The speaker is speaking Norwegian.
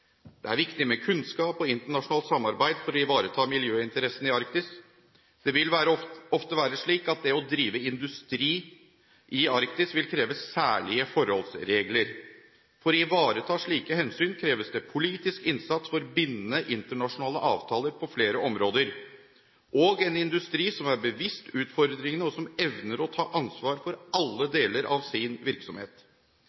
Det er viktig med kunnskap og internasjonalt samarbeid for å ivareta miljøinteressene i Arktis. Det vil ofte være slik at å drive industri i Arktis vil kreve særlige forholdsregler. For å ivareta slike hensyn kreves det politisk innsats for bindende internasjonale avtaler på flere områder og en industri som er bevisst utfordringene, og som evner å ta ansvar for alle